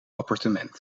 appartement